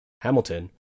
Hamilton